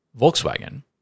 Volkswagen